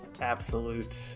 absolute